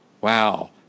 wow